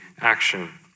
action